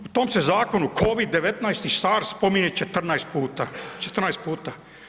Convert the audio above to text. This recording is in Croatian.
U tom se zakonu COVI-19 SARS spominje 14 puta, 14 puta.